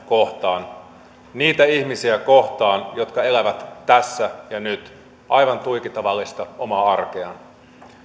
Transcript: kohtaan niitä ihmisiä kohtaan jotka elävät tässä ja nyt aivan tuiki tavallista omaa arkeaan